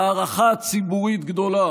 להערכה ציבורית גדולה.